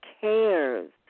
cares